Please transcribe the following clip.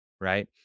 Right